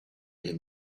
him